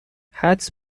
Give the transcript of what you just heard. حدس